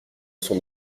son